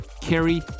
Carrie